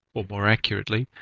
or more accurately,